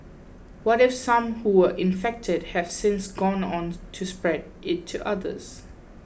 what if some who were infected have since gone on to spread it to others